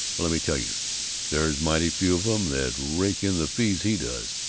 but let me tell you there's mighty few of em that rake in the fees he does,